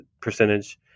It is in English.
percentage